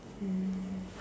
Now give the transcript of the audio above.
mm